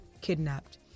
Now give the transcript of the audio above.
kidnapped